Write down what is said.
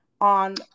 on